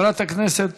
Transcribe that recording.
ואחריו, חברת הכנסת